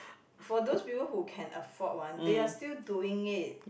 for those people who can afford one they are still doing it